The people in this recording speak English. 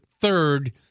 third